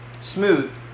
smooth